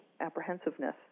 apprehensiveness